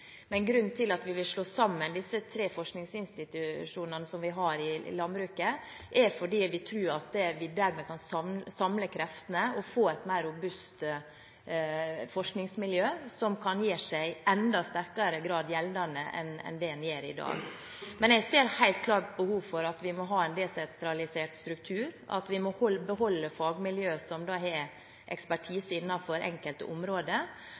Men grunnen til at vi vil slå sammen de tre forskningsinstitusjonene som vi har i landbruket, er at jeg vil tro at vi dermed kan samle kreftene og få et mer robust forskningsmiljø, som kan gjøre seg gjeldende i enda sterkere grad enn det det gjør i dag. Men jeg ser helt klart behov for at vi må ha en desentralisert struktur, at vi må beholde fagmiljøet, som har ekspertise innenfor enkelte områder.